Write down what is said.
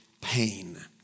pain